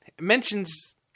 mentions